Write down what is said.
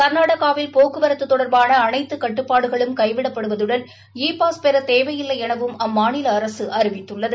கர்நாடகாவில் போக்குவரத்து தொடர்பான அனைத்து கட்டுப்பாடுகளும் கைவிடப்படுவதுடன் இ பாஸ் பெற தேவையில்லை எனவும் அம்மாநில அரசு அறிவித்துள்ளது